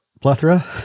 plethora